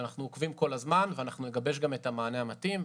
אנחנו עוקבים כל הזמן ונגבש גם את המענה המתאים.